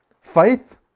faith